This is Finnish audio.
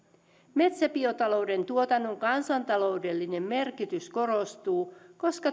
metsäbiotalouden tuotannon kansantaloudellinen merkitys korostuu koska